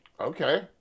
Okay